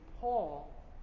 Paul